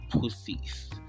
pussies